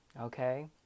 Okay